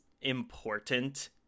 important